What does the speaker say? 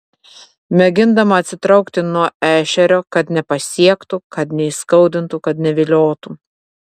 mėgindama atsitraukti nuo ešerio kad nepasiektų kad neįskaudintų kad neviliotų